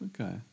Okay